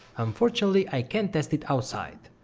unfortunately, i can't test it outside,